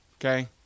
okay